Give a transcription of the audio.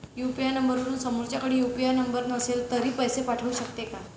UPI नंबरवरून समोरच्याकडे UPI number नसेल तरी पैसे पाठवू शकते का?